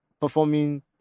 performing